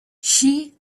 she